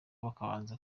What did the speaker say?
bazabanza